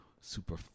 super